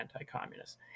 anti-communist